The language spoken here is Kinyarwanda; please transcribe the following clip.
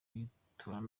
y’itorero